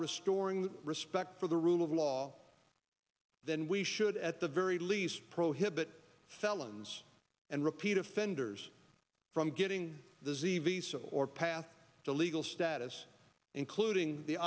restoring respect for the rule of law then we should at the very least prohibit felons and repeat offenders from getting the z visa or path to legal status including the